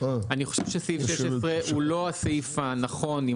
אני חושב שסעיף 16 הוא לא הסעיף הנכון אם